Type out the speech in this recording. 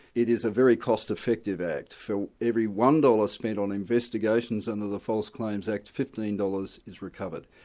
it is a very cost-effective act. for every one dollars spent on investigations under the false claims act, fifteen dollars is recovered.